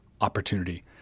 opportunity